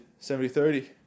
70-30